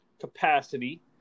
capacity